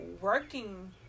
working